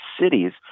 cities